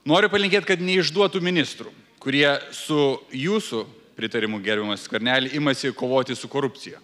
noriu palinkėt kad neišduotų ministrų kurie su jūsų pritarimu gerbiamas skverneli imasi kovoti su korupcija